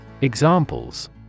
Examples